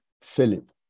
Philip